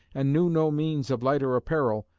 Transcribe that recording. and knew no means of lighter apparel,